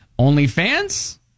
OnlyFans